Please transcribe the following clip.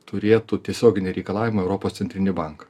turėtų tiesioginį reikalavimą į europos centrinį banką